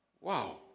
wow